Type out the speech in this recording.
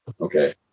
okay